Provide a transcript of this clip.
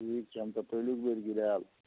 ठीक छै हम तऽ पहिलुक बेर गिराएब